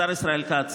השר ישראל כץ,